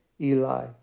Eli